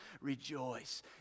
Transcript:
Rejoice